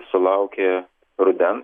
sulaukė rudens